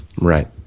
Right